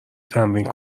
تمرین